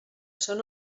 són